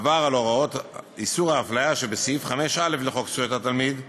עבר על הוראות איסור האפליה שבסעיף 5(א) לחוק זכויות התלמיד,